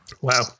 wow